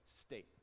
state